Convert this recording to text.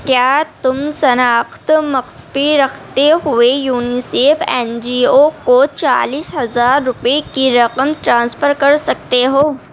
کیا تم شناخت مخفی رختے ہوئے یونیسیف این جی او کو چالیس ہزار روپئے کی رقم ٹرانسفر کر سکتے ہو